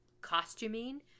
costuming